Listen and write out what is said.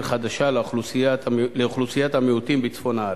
חדשה לאוכלוסיית המיעוטים בצפון הארץ,